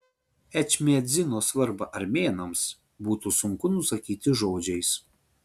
ečmiadzino svarbą armėnams būtų sunku nusakyti žodžiais